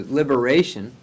liberation